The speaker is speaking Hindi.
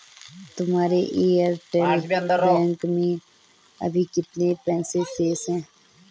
तुम्हारे एयरटेल बैंक में अभी कितने पैसे शेष हैं?